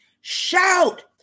shout